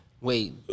Wait